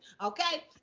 okay